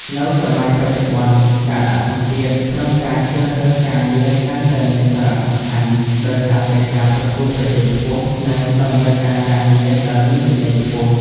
នៅសម័យបច្ចុប្បន្ន ការដាក់សម្ពាធក្នុងការជ្រើសរើសការងារកាន់តែមានសារៈសំខាន់ ដោយសារតែការប្រកួតប្រជែងខ្ពស់ និងតម្រូវការការងារដែលមានជំនាញខ្ពស់។